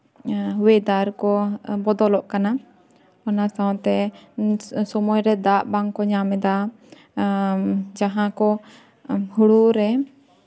ᱳᱭᱮᱹᱫᱟᱨ ᱠᱚ ᱵᱚᱫᱚᱞᱚᱜ ᱠᱟᱱᱟ ᱚᱱᱟ ᱥᱟᱶᱛᱮ ᱥᱚᱢᱚᱭᱨᱮ ᱫᱟᱜ ᱵᱟᱝᱠᱚ ᱧᱟᱢ ᱮᱫᱟ ᱡᱟᱦᱟᱸ ᱠᱚ ᱦᱩᱲᱩ ᱨᱮ